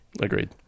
Agreed